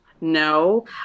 No